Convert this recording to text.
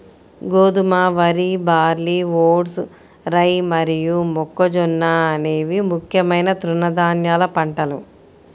గోధుమ, వరి, barley, oats, rye మరియు మొక్కజొన్న అనేవి ముఖ్యమైన తృణధాన్యాల పంటలు